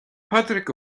pádraic